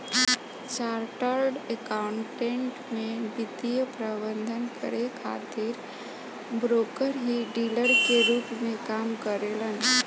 chartered accountant में वित्तीय प्रबंधन करे खातिर ब्रोकर ही डीलर के रूप में काम करेलन